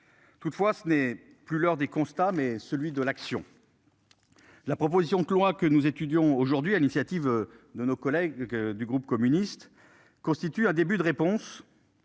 Toutefois, ce n'est plus l'heure des constats, mais celui de l'action. La proposition que loi que nous étudions aujourd'hui à l'initiative de nos collègues du groupe communiste constitue un début de réponse.